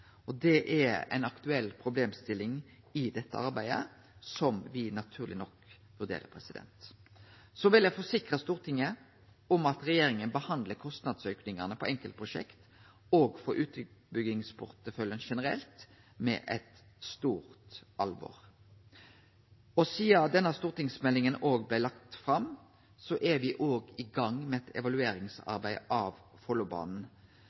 er ei aktuell problemstilling i dette arbeidet som me naturleg nok vurderer. Eg vil forsikre Stortinget om at regjeringa behandlar kostnadsaukane på enkeltprosjekt og utbyggingsporteføljen generelt med eit stort alvor. Sidan denne stortingsmeldinga blei lagt fram, har me òg gått i gang med eit